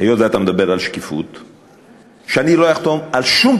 היות שאתה מדבר על שקיפות,